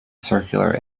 circular